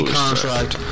contract